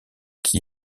qui